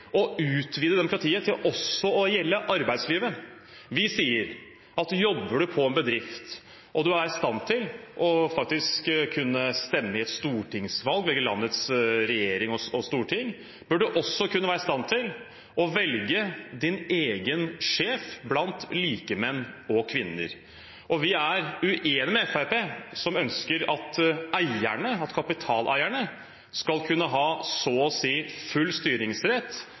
sier at hvis man jobber i en bedrift og er i stand til å stemme ved et stortingsvalg – velge landets regjering og storting – bør man også være i stand til å velge sin egen sjef blant likemenn og -kvinner. Vi er uenige med Fremskrittspartiet, som ønsker at kapitaleierne skal kunne ha så å si full styringsrett,